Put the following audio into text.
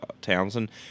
Townsend